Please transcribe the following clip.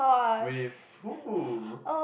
with who